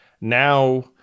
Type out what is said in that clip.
now